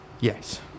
Yes